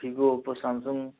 Vivo Oppo Samsung